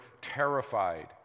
terrified